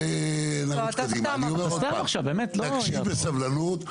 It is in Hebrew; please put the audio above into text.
תקשיב בסבלנות.